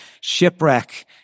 shipwreck